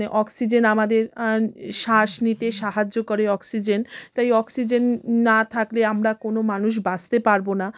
মানে অক্সিজেন আমাদের শ্বাস নিতে সাহায্য করে অক্সিজেন তাই অক্সিজেন না থাকলে আমরা কোনও মানুষ বাঁচতে পারবো না